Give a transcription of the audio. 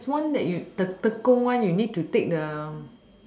that's one that you the the tekong one you need to take the